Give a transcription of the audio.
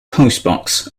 postbox